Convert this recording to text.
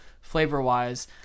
flavor-wise